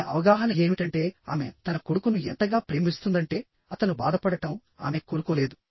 ఆమె అవగాహన ఏమిటంటేఆమె తన కొడుకును ఎంతగా ప్రేమిస్తుందంటేఅతను బాధపడటం ఆమె కోరుకోలేదు